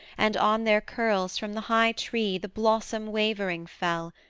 and on their curls from the high tree the blossom wavering fell,